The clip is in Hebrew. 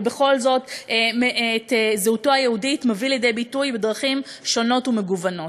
ובכל זאת את זהותו היהודית מביא לידי ביטוי בדרכים שונות ומגוונות.